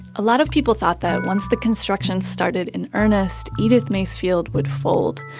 a lot of people thought that once the construction started in earnest, edith macefield would fold.